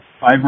Five